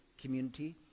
community